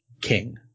king